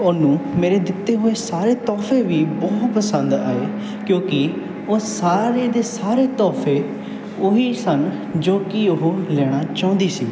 ਉਹਨੂੰ ਮੇਰੇ ਦਿੱਤੇ ਹੋਏ ਸਾਰੇ ਤੋਹਫ਼ੇ ਵੀ ਬਹੁਤ ਪਸੰਦ ਆਏ ਕਿਉਂਕਿ ਉਹ ਸਾਰੇ ਦੇ ਸਾਰੇ ਤੋਹਫ਼ੇ ਉਹੀ ਸਨ ਜੋ ਕਿ ਉਹ ਲੈਣਾ ਚਾਹੁੰਦੀ ਸੀ